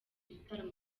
igitaramo